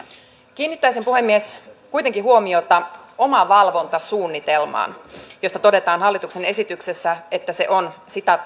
kiinnittäisin puhemies kuitenkin huomiota omavalvontasuunnitelmaan josta todetaan hallituksen esityksessä että se on